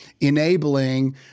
enabling